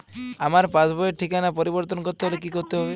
আমার পাসবই র ঠিকানা পরিবর্তন করতে হলে কী করতে হবে?